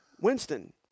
Winston